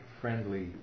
friendly